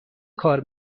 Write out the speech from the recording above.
کار